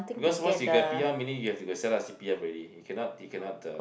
because once you get P_R meaning you have to go set up P_R already you cannot you cannot uh